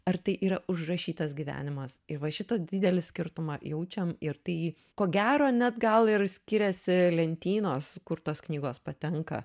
ar tai yra užrašytas gyvenimas ir va šitą didelį skirtumą jaučiam ir tai ko gero net gal ir skiriasi lentynos kur tos knygos patenka